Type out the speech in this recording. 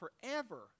forever